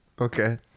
Okay